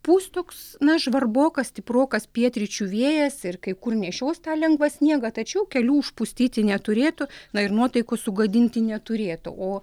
pūs toks na žvarbokas stiprokas pietryčių vėjas ir kai kur nešios tą lengvą sniegą tačiau kelių užpustyti neturėtų na ir nuotaikos sugadinti neturėtų o